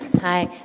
hi.